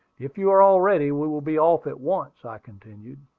if you are all ready, we will be off at once, i continued.